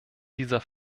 dieser